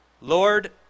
Lord